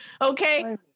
okay